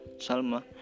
Salma